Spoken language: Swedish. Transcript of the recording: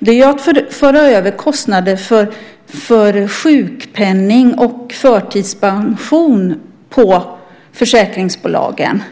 De föreslår att man ska föra över kostnader för sjukpenning och förtidspension på försäkringsbolagen.